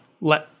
let